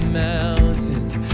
mountains